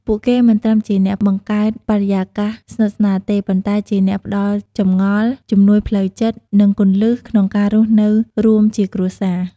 ពួកគេមិនត្រឹមជាអ្នកបង្កើតបរិយាកាសស្និទ្ធស្នាលទេ ប៉ុន្តែជាអ្នកផ្តល់ចម្ងល់ ជំនួយផ្លូវចិត្ត និងគន្លឹះក្នុងការរស់នៅរួមជាគ្រួសារ។